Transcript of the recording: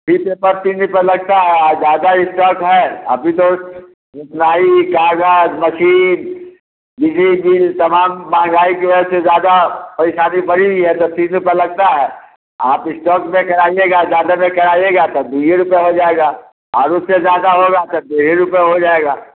तीस पेपर तीन रुपए लगता है आर ज़्यादा स्टॉक है अभी तो सिलाई कागज़ मसीन बिजली बिल तमाम महँगाई की वजह से ज़्यादा पैसा भी बढ़ी हुई है तो तीस रुपए लगता है आप स्टॉक में कराइएगा ज़्यादा में कराइएगा तब दो ही रुपया हो जाएगा और उससे ज़्यादा होगा तो डेढ़ ही रुपए हो जाएगा